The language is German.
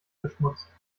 beschmutzt